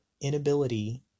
inability